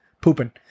pooping